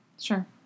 Sure